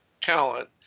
talent